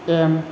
M